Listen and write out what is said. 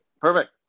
Perfect